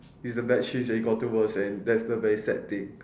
is a bad change and it gotten worst eh that's the very sad thing